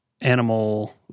animal